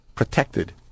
protected